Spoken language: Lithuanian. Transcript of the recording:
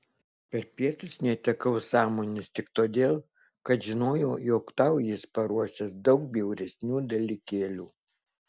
per pietus netekau sąmonės tik todėl kad žinojau jog tau jis paruošęs daug bjauresnių dalykėlių